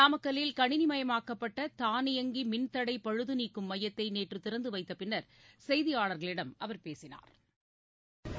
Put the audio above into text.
நாமக்கல்வில் கணினிமயமாக்கப்பட்டதானியங்கிமின்தடைபழுதுநீக்கும் மையத்தைநேற்றுதிறந்துவைத்தபின்னா் செய்தியாளா்களிடம் அவா் பேசினாா்